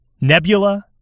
Nebula